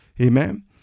Amen